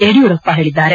ಯಡಿಯೂರಪ್ಪ ಹೇಳಿದ್ದಾರೆ